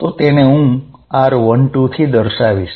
તેને હું r12 થી દર્શાવીશ